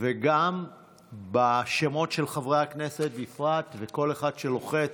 והשמות של חברי הכנסת בפרט, כל אחד שלוחץ,